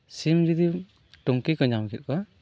ᱥᱤᱢ ᱡᱩᱫᱤ ᱴᱩᱝᱠᱤ ᱠᱚ ᱧᱟᱢ ᱠᱮᱫ ᱠᱚᱣᱟ